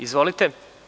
Izvolite.